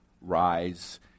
rise